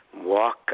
walk